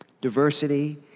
Diversity